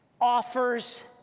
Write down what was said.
offers